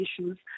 issues